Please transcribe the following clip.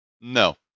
no